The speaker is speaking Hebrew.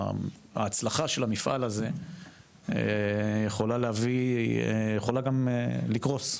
ההצלחה של המפעל הזה יכולה להביא, יכולה גם לקרוס,